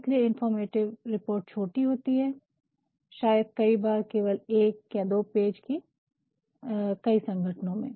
इसलिए informative report छोटी होती है शायद कई बार केवल १ या २ पेज की कई संगठनों में